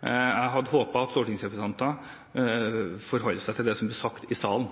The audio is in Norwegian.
Jeg hadde håpet at stortingsrepresentanter forholdt seg til det som ble sagt i salen.